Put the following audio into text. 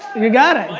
you got it.